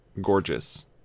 gorgeous